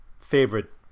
favorite